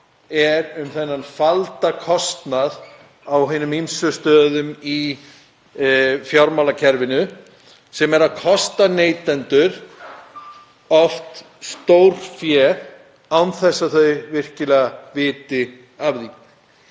er um þennan falda kostnað á hinum ýmsu stöðum í fjármálakerfinu sem kostar neytendur oft stórfé án þess að þeir viti virkilega af því.